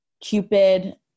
Cupid